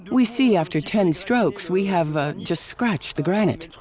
we see after ten strokes we have a just scratched the granite,